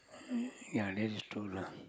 ya that's true lah